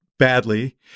Badly